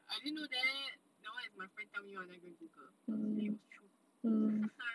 I didn't know that that one is my friend tell me [one] I go and google and it was true